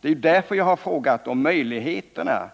Det är mot denna bakgrund som jag har frågat om möjligheterna